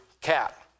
cat